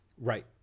Right